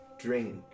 Drink